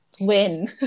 win